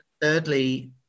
Thirdly